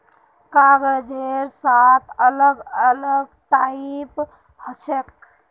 कागजेर सात अलग अलग टाइप हछेक